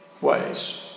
ways